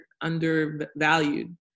undervalued